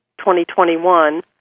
2021